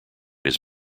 his